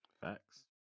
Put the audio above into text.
Facts